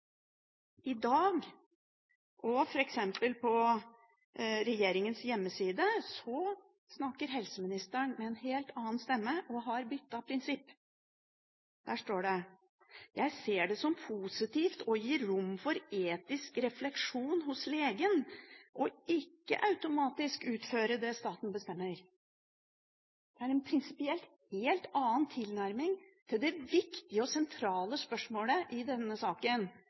I dag – f.eks. på regjeringens hjemmeside – snakker helseministeren med en helt annen stemme og har byttet prinsipp. Der står det: «Jeg ser det som positivt å gi rom for etisk refleksjon hos legene, og ikke forvente at de automatisk skal utføre det staten bestemmer.» Det er en prinsipielt helt annen tilnærming til det viktige og sentrale spørsmålet i denne saken.